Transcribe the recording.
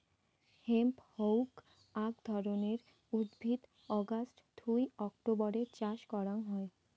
hemp হউক আক ধরণের উদ্ভিদ অগাস্ট থুই অক্টোবরের চাষ করাং হই